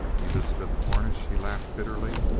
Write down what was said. elizabeth cornish? he laughed bitterly.